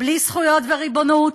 בלי זכויות וריבונות,